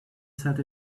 set